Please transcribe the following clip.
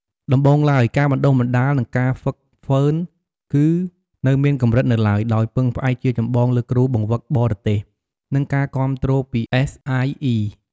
ដំបូងឡើយ ការបណ្តុះបណ្តាល និងការហ្វឹកហ្វឺនគឺនៅមានកម្រិតនៅឡើយ ដោយពឹងផ្អែកជាចម្បងលើគ្រូបង្វឹកបរទេស និងការគាំទ្រពី អ្វេស អាយ អុី។